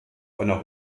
einer